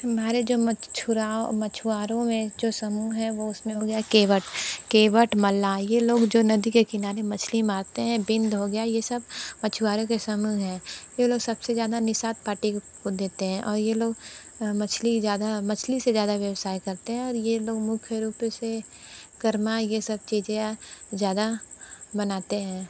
हमारे जो मछुआरों में जो समूह है वो उसमें हो गया केवट केवट मल्लाह ये लोग जो नदी के किनारे मछली मारते हैं बिंद हो गया ये सब मछुआरों के समूह हैं ये लोग सबसे ज़्यादा निषाद पार्टी को देते हैं और ये लोग मछली ज़्यादा मछली से ज़्यादा व्यवसाय करते हैं और ये लोग मुख्य रूप से करमा ये सब चीज़ें ज़्यादा बनाते हैं